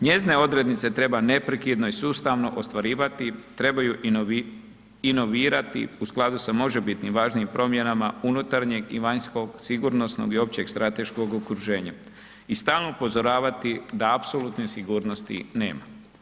Njezine odrednice treba neprekidno i sustavno ostvarivati, treba ih inovirati u skladu sa možebitnim važnim promjenama unutarnjeg i vanjskog sigurnosnog i općeg strateškog okruženja i stalno upozoravati da apsolutne sigurnosti nema.